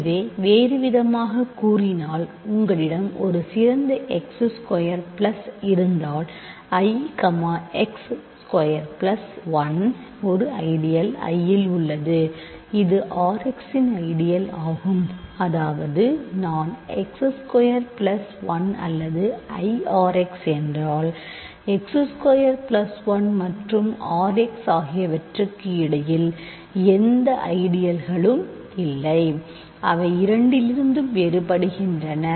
எனவே வேறுவிதமாகக் கூறினால் உங்களிடம் ஒரு சிறந்த x ஸ்கொயர் பிளஸ் இருந்தால் I x ஸ்கொயர் பிளஸ் 1 ஒரு ஐடியல் I இல் உள்ளது இது R x இன் ஐடியல் ஆகும் அதாவது நான் x ஸ்கொயர் பிளஸ் 1 அல்லது IRx என்றால் X ஸ்கொயர் பிளஸ் 1 மற்றும் Rx ஆகியவற்றுக்கு இடையில் எந்த ஐடியல்களும் இல்லை அவை இரண்டிலிருந்தும் வேறுபடுகின்றன